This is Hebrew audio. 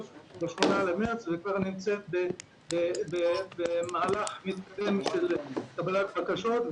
ב- 8 במרץ ונמצאת כבר במהלך מתווים של קבלת בקשות,